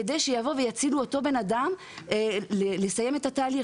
כדי שיבואו ויצילו את אותו בן אדם לסיים את התהליך.